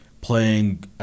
playing